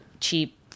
cheap